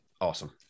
Awesome